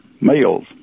males